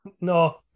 No